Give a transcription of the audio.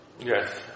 yes